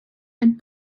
and